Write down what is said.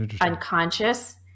unconscious